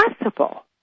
possible